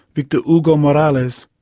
victor hugo morales.